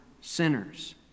sinners